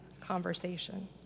conversation